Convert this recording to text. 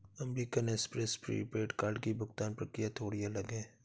American Express prepaid card की भुगतान प्रक्रिया थोड़ी अलग है